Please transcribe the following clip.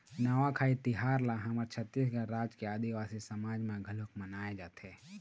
नवाखाई तिहार ल हमर छत्तीसगढ़ राज के आदिवासी समाज म घलोक मनाए जाथे